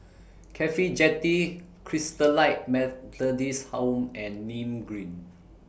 Cafhi Jetty Christalite Methodist Home and Nim Green